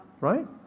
Right